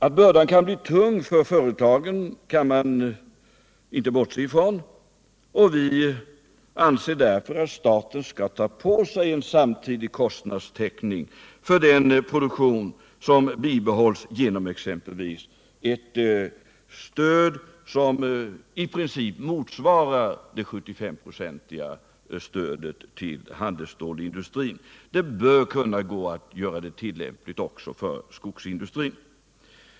Att bördan kan bli tung för företagen kan man inte bortse från, och vi anser därför att staten skall ta på sig en samtidig kostnadstäckning för den produktion som bibehålls genom exempelvis ett stöd som i princip motsvarar det 75-procentiga stödet till handelsstålsindustrin. Det bör kunna gå att göra den stödformen tillämplig också för skogsindustrin.